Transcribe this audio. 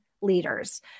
leaders